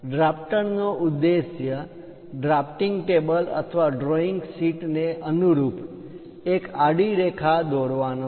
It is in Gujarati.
ડ્રાફ્ટર નો ઉદ્દેશ્ય ડ્રાફ્ટિંગ ટેબલ અથવા ડ્રોઈંગ શીટ ને અનુરૂપ એક આડી રેખા દોરવાનો છે